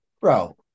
bro